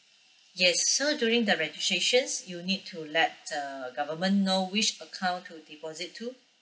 yes so during the registrations you need to let uh government know which account to deposit to